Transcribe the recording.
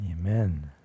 Amen